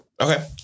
Okay